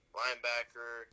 linebacker